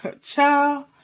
ciao